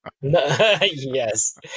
Yes